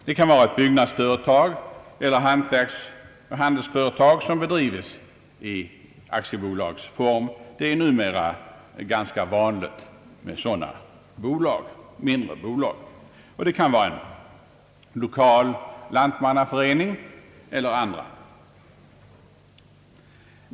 Det kan vara ett byggnadsföretag eller ett hantverksoch handelsföretag som bedrivs i aktiebolagsform — sådana mindre bolag är numera ganska vanliga — och det kan vara en 1okal lantmannaförening eller andra.